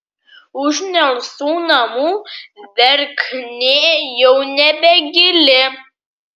už nelsų namų verknė jau nebegili